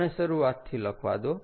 મને શરૂઆતથી લખવા દો